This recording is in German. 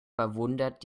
verwundert